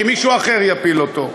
כי מישהו אחר יפיל אותו.